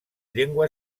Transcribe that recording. llengua